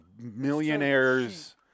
millionaires